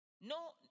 no